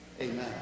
Amen